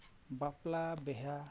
ᱵᱟᱯᱞᱟ ᱵᱤᱦᱟ